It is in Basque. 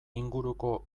inguruko